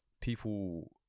people